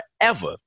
forever